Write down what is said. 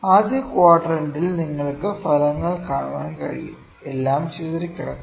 ആദ്യ ക്വാഡ്രന്റിൽ നിങ്ങൾക്ക് ഫലങ്ങൾ കാണാൻ കഴിയും എല്ലാം ചിതറിക്കിടക്കുന്നു